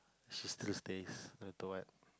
she still stays no matter what